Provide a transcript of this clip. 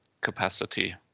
capacity